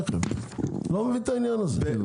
בחייכם, אני לא מבין את העניין הזה.